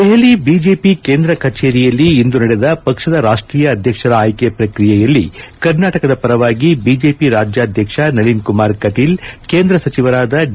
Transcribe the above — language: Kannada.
ದೆಹಲಿ ಬಿಜೆಪಿ ಕೇಂದ್ರ ಕಚೇರಿಯಲ್ಲಿ ಇಂದು ನಡೆದ ಪಕ್ಷದ ರಾಷ್ಟೀಯ ಅಧ್ಯಕ್ಷರ ಆಯ್ಕೆ ಪ್ರಕ್ರಿಯೆಯಲ್ಲಿ ಕರ್ನಾಟಕದ ಪರವಾಗಿ ಬಿಜೆಪಿ ರಾಜ್ಯಾಧ್ಯಕ್ಷ ನಳಿನ್ ಕುಮಾರ್ ಕಟೀಲ್ ಕೇಂದ್ರ ಸಚಿವರಾದ ಡಿ